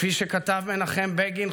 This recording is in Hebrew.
כפי שכתב מנחם בגין,